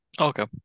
Okay